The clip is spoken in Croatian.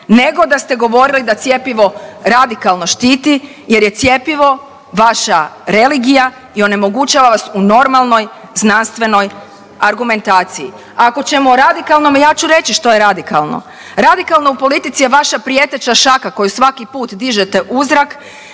nego da ste govorili da cjepivo radikalno štiti jer je cjepivo vaša religija i onemogućava vas u normalnoj znanstvenoj argumentaciji. Ako ćemo po radikalnom ja ću reći što je radikalno, radikalno u politici je vaša prijeteća šaka koju svaki put dižete u zrak